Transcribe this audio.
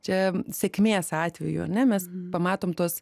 čia sėkmės atveju ane mes pamatom tuos